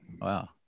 Wow